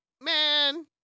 man